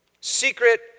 secret